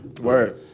Word